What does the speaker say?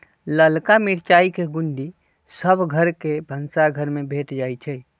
ललका मिरचाई के गुण्डी सभ घर के भनसाघर में भेंट जाइ छइ